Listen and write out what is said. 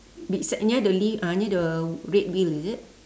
beside near the leaf uh near the red wheel is it